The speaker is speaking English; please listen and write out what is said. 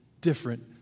different